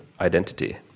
identity